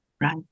Right